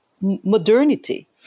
modernity